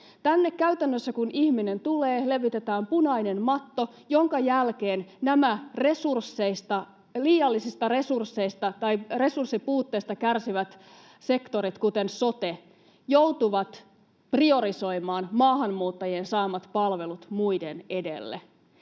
Käytännössä kun ihminen tänne tulee, levitetään punainen matto, minkä jälkeen nämä resurssien puutteesta kärsivät sektorit, kuten sote, joutuvat priorisoimaan maahanmuuttajien saamat palvelut muiden edelle.